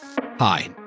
Hi